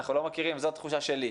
אנחנו לא מכירים, זו התחושה שלי.